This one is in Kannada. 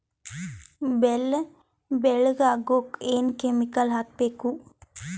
ಬೆಲ್ಲ ಬೆಳಗ ಆಗೋಕ ಏನ್ ಕೆಮಿಕಲ್ ಹಾಕ್ಬೇಕು?